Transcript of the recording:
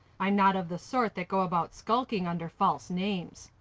i'm not of the sort that go about skulking under false names.